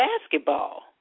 basketball